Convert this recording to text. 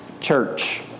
Church